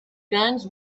guns